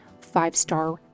five-star